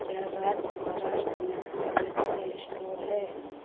क्या राज्य महाराष्ट्र में कोई मेडिकल स्टोर है